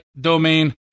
domain